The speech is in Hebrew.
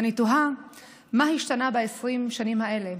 ואני תוהה מה השתנה ב-20 השנים האלה.